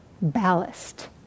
Ballast